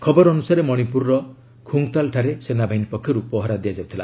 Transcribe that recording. ଖବର ଅନୁସାରେ ମଣିପୁରର ଖୁଙ୍ଗତାଲ୍ଠାରେ ସେନାବାହିନୀ ପକ୍ଷରୁ ପହରା ଦିଆଯାଉଥିଲା